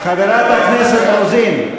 חברת הכנסת רוזין.